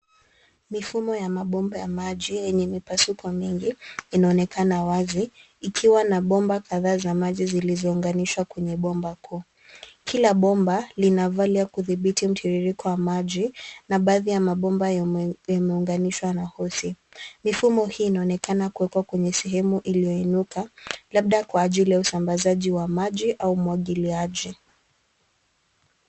Mifumo ya mabomba ya maji yenye mipasuko nyingi inaonekana wazi ikiwa na bomba kadhaa za maji zilizounganishwa kwenye bomba kuu. Kila bomba lina valve ya kudhibiti mtiririko wa maji na baadhi ya mabomba yameunganishwa na hose . Mifumo hii inaonekana kuwekwa kwenye sehemu iliyoinuka labda kwa ajili ya usambazaji wa maji au umwagiliaji.